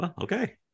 okay